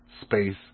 space